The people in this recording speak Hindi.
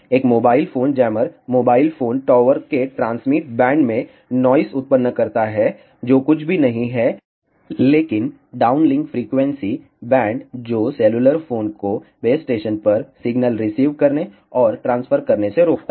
एक mobile phone jammer mobile phone tower के ट्रांसमिट बैंड में नॉइस उत्पन्न करता है जो कुछ भी नहीं है लेकिन डाउनलिंक फ्रीक्वेंसी बैंड जो सेलुलर फोन को बेस स्टेशन पर सिग्नल रिसीव करने और ट्रांसफर करने से रोकता है